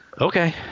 Okay